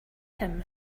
him